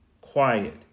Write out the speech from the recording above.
quiet